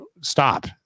stop